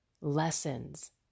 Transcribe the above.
lessons